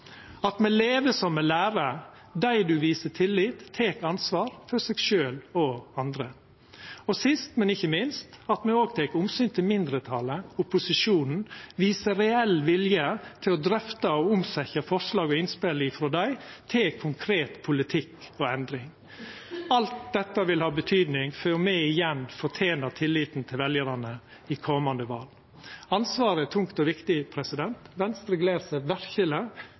at me lever som me lærer – dei ein viser tillit, tek ansvar for seg sjølv og andre – og sist, men ikkje minst at me òg tek omsyn til mindretalet, opposisjonen, og viser reell vilje til å drøfta og omsetja forslag og innspel frå dei til konkret politikk og endring. Alt dette vil ha betyding for om me igjen fortener tilliten til veljarane i komande val. Ansvaret er tungt og viktig. Venstre gler seg verkeleg